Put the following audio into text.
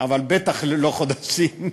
אבל בטח לא חודשים,